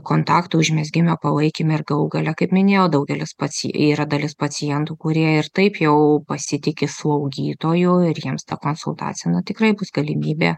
kontaktų užmezgime palaikyme ir galų gale kaip minėjo daugelis pats yra dalis pacientų kurie ir taip jau pasitiki slaugytoju ir jiems ta konsultacija na tikrai bus galimybė